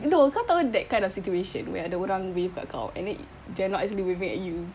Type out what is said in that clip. no kau tahu that kind of situation where ada orang wave kat kau and then they're not actually waving at you